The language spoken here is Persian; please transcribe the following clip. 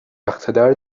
اقتدار